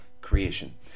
creation